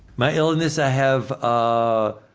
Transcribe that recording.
my illness i have ahhh,